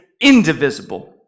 indivisible